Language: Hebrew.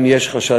מטוסים נרכשו,